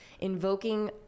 invoking